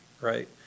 right